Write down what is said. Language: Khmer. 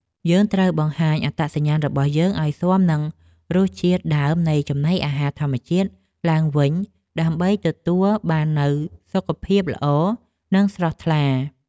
យើងត្រូវបង្ហាត់អណ្តាតរបស់យើងឲ្យស៊ាំនឹងរសជាតិដើមនៃចំណីអាហារធម្មជាតិឡើងវិញ ដើម្បីទទួលបាននូវសុខភាពល្អនិងភាពស្រស់ថ្លា។